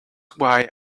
why